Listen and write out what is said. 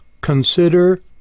Consider